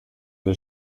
der